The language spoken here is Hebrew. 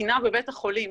התקינה בבית החולים